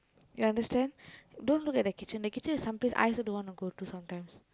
you understand don't look at the kitchen the kitchen is some place I also don't want to go to sometimes